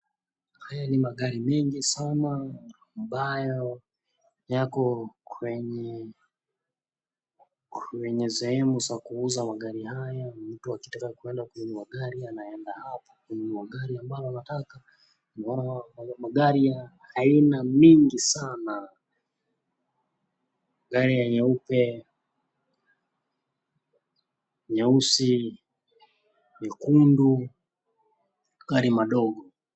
Haya ni magari mingi sana , ambayo yako kwenye, kwenye sehemu za kuuza magari haya. Mtu akita kwenda kununua gari anaenda hapo kununua gari unataka . Magari ya aina mingi sana. Gari ya nyeupe, nyeusi ,nyekundu na magari madogo.